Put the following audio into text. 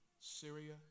Syria